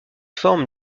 forme